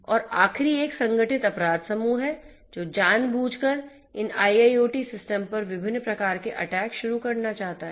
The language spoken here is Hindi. और आखिरी एक संगठित अपराध समूह है जो जानबूझकर इन IIoT सिस्टम पर विभिन्न प्रकार के अटैक शुरू करना चाहता है